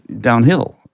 downhill